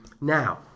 Now